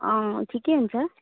अँ ठिकै हुन्छ